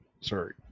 Sorry